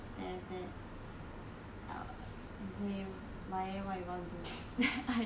err he say why eh what you want to do then I say cuddle